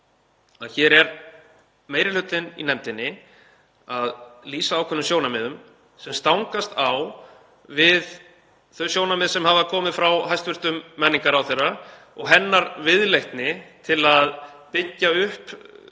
hér er meiri hlutinn í nefndinni að lýsa ákveðnum sjónarmiðum sem stangast á við þau sjónarmið sem hafa komið frá hæstv. menningarráðherra og hennar viðleitni til að byggja upp sterkt